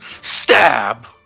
Stab